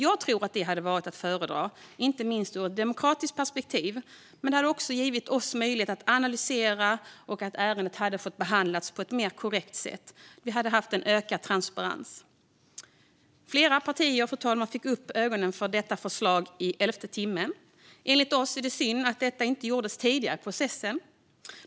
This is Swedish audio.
Jag tror att detta hade varit att föredra, inte minst ur ett demokratiskt perspektiv, men det hade också givit oss möjlighet att analysera och behandla det på ett mer korrekt sätt. Vi hade haft större transparens. Fru talman! Fler partier fick upp ögonen för detta förslag i elfte timmen. Enligt oss är det synd att det inte skedde tidigare i processen.